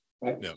right